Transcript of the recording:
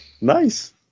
Nice